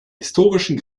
historischen